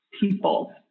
people